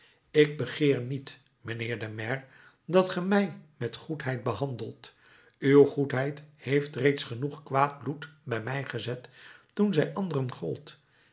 ik begeer niet mijnheer de maire dat ge mij met goedheid behandelt uw goedheid heeft reeds genoeg kwaad bloed bij mij gezet toen zij anderen gold